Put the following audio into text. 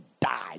die